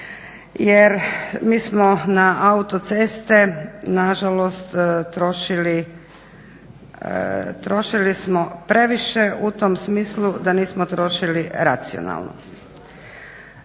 jer mi smo na autoceste nažalost trošili previše u tom smislu da nismo trošili racionalno.